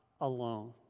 alone